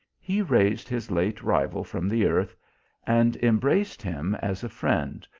he raised his late rival from the earth and embraced him as a friend,